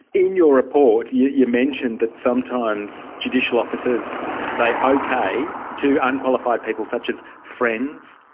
in your report, you you mention that sometimes judicial officers say okay to unqualified people such as friends,